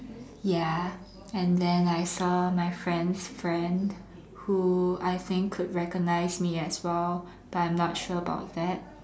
ya and then I saw my friend's friend who I think recognized me as well but I'm not sure about that